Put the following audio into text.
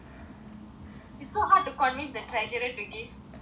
it is so hard to convince the treasurer to give stuff